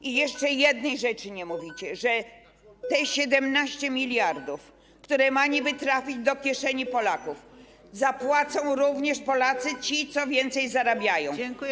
I jeszcze jednej rzeczy nie mówicie, że te 17 mld, które mają niby trafić do kieszeni Polaków, zapłacą również Polacy, ci, co więcej zarabiają.